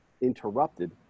interrupted